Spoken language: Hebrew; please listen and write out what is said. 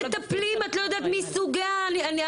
איך תטפלי אם את לא יודעת מי סוגי הנפגעות?